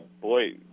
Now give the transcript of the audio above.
boy